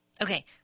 Okay